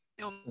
no